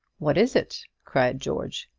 what is it? cried george.